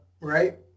right